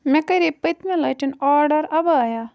مےٚ کَرے پٔتمہِ لَٹہِ آرڈَر عَبَیا